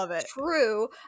true